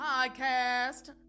podcast